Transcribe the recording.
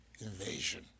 invasion